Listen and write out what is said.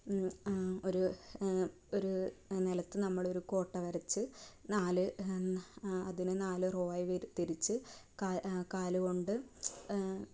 ഒരു ഒരു നിലത്ത് നമ്മളൊരു കോട്ട വരച്ച് നാല് അതിനു നാല് റോയായി തിരിച്ച് കാ കാല് കൊണ്ട്